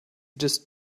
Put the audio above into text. just